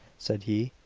said he.